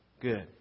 good